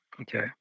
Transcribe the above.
okay